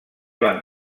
van